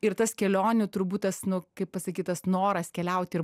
ir tas kelionių turbūt tas nu kaip pasakyt tas noras keliauti ir